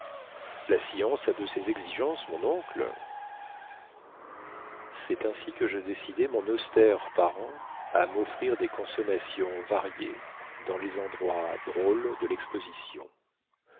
la science a de ces exigences mon oncle cest ainsi que je décidai mon austère parent à moffrir des consommations variées dans les endroits drôles de lexposition